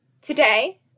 today